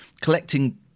collecting